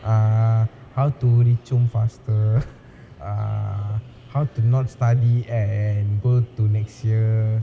ah how to reach home faster ah how to not study and go to next year